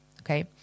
Okay